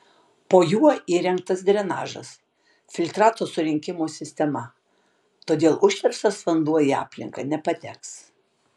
po juo įrengtas drenažas filtrato surinkimo sistema todėl užterštas vanduo į aplinką nepateks